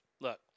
look